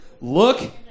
look